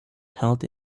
held